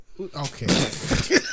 Okay